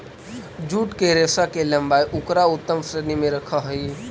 jute के रेशा के लम्बाई उकरा उत्तम श्रेणी में रखऽ हई